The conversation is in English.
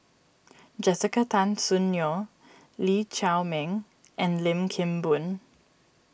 Jessica Tan Soon Neo Lee Chiaw Meng and Lim Kim Boon